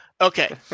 Okay